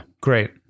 great